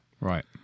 Right